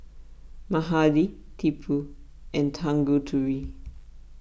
Mahade Tipu and Tanguturi